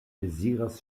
deziras